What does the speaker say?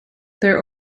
their